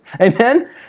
Amen